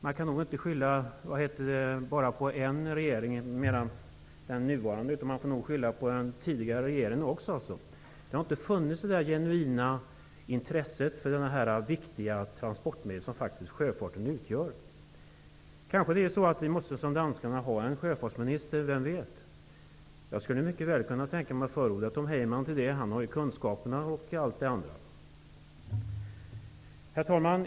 Man kan nog inte skylla på bara den nuvarande regeringen, utan man får nog skylla också på den tidigare regeringen. Det har inte funnits det genuina intresset för det viktiga transportmedel som faktiskt sjöfarten utgör. Kanske måste vi som danskarna ha en sjöfartsminister, vem vet? Jag skulle mycket väl kunna tänka mig att förorda Tom Heyman till det. Han har kunskaperna och allt det andra. Herr talman!